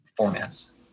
formats